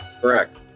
Correct